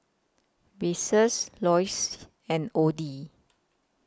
Besse Loyce and Odin